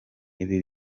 ibi